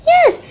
Yes